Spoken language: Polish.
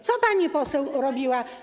Co pani poseł robiła?